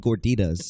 gorditas